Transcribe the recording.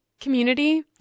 Community